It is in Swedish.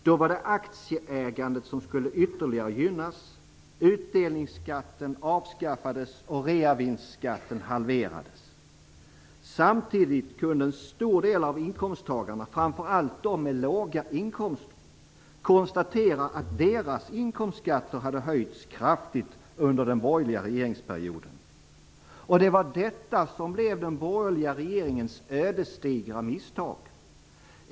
Då var det aktieägandet som skulle gynnas ytterligare. Utdelningsskatten avskaffades och reavinstskatten halverades. Samtidigt kunde en stor del av inkomsttagarna - framför allt de med låga inkomster - konstatera att deras inkomstskatter hade höjts kraftigt under den borgerliga regeringsperioden. Och det var detta som blev den borgerliga regeringens ödesdigra misstag.